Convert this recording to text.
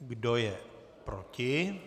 Kdo je proti?